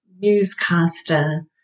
newscaster